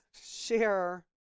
share